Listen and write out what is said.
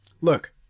Look